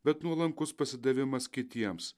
bet nuolankus pasidavimas kitiems